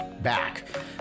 back